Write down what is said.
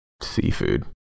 seafood